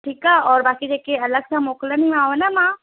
ठीकु आहे और बाक़ी जेके अलगि सां मोकलंदीमाव न